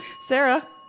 Sarah